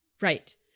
Right